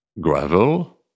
gravel